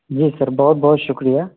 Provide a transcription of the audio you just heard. جی sir بہت بہت شُکریہ